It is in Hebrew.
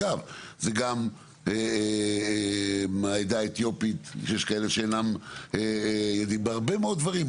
אגב, זה גם העדה האתיופית, הרבה מאוד דברים.